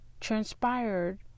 transpired